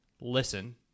listen